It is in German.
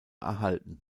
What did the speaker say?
erhalten